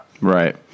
right